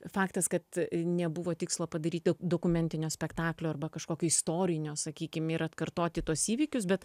faktas kad nebuvo tikslo padaryti dokumentinio spektaklio arba kažkokio istorinio sakykim ir atkartoti tuos įvykius bet